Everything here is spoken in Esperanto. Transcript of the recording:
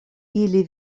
ili